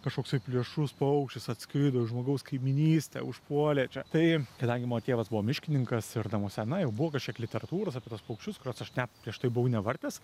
kažkoksai plėšrus paukštis atskrido į žmogaus kaimynystę užpuolė čia tai kadangi mano tėvas buvo miškininkas ir namuose na jau buvo kažkiek literatūros apie tuos paukščius kurios aš net prieš tai buvau nevartęs